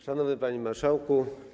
Szanowny Panie Marszałku!